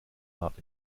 hart